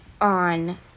on